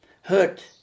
Hurt